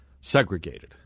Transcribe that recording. segregated